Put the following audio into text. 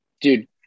Dude